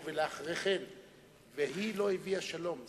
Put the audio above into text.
ואחרי כן והיא לא הביאה שלום.